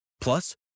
Plus